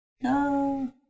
No